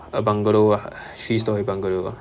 a bungalow lah three storey bungalow ah